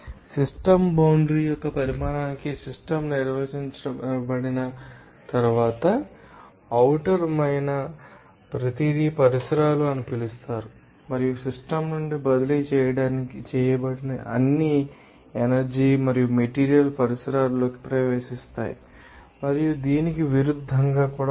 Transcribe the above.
system boundary యొక్క పరిమాణానికి system నిర్వచించబడిన తర్వాత ఔటర్ మైన ప్రతిదీ పరిసరాలు అని పిలుస్తారు మరియు సిస్టమ్ నుండి బదిలీ చేయబడిన అన్ని ఎనర్జీ మరియు మెటీరియల్ పరిసరాలలోకి ప్రవేశిస్తాయి మరియు దీనికి విరుద్ధంగా ఉంటాయి